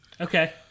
Okay